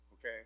Okay